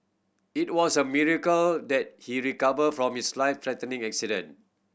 it was a miracle that he recover from his life threatening accident